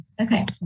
Okay